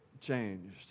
changed